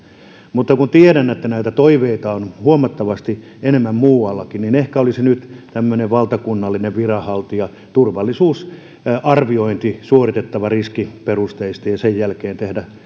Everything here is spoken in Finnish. mutta kun tiedän että näitä toiveita on huomattavasti enemmän muuallakin niin ehkä olisi nyt tämmöinen valtakunnallinen viranhaltijaturvallisuusarviointi suoritettava riskiperusteisesti ja sen jälkeen tehtävä